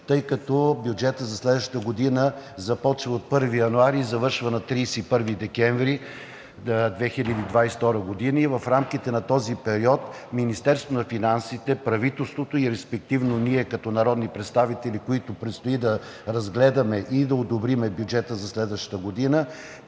Тъй като бюджетът за следващата година започва от 1 януари и завършва на 31 декември 2022 г., и в рамките на този период Министерството на финансите, правителството и респективно ние като народни представители предстои да разгледаме и да одобрим бюджета за следващата година,